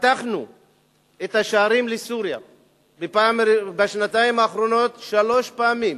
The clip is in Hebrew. פתחנו את השערים לסוריה בשנתיים האחרונות שלוש פעמים,